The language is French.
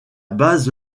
base